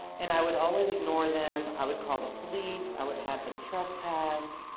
and i would always ignore them, i would call the police, i would have them trespassed.